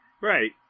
Right